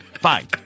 Fine